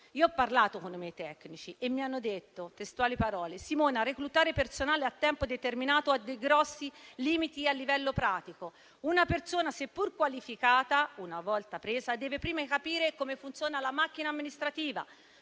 Io ho parlato con i miei tecnici, i quali mi hanno detto che reclutare personale a tempo determinato ha grossi limiti a livello pratico. Una persona, seppur qualificata, una volta assunta deve prima capire come funziona la macchina amministrativa,